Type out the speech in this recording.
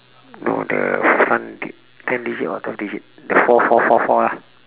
no the front dig~ ten digit or twelve digit the four four four four lah